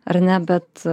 ar ne bet